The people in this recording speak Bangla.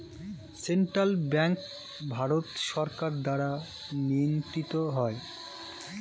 সেন্ট্রাল ব্যাঙ্ক ভারত সরকার দ্বারা নিয়ন্ত্রিত হয়